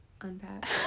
Unpack